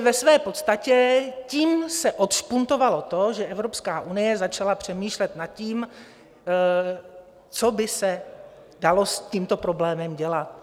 Ve své podstatě tím se odšpuntovalo to, že Evropská unie začala přemýšlet nad tím, co by se dalo s tímto problémem dělat.